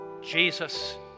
Jesus